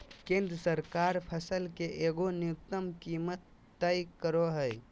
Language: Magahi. केंद्र सरकार फसल के एगो न्यूनतम कीमत तय करो हइ